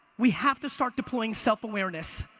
we have to start deploying self-awareness.